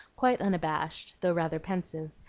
quite unabashed, though rather pensive,